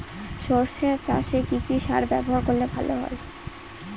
সর্ষে চাসে কি কি সার ব্যবহার করলে ভালো হয়?